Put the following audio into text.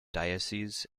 dioceses